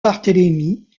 barthélémy